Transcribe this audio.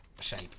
shape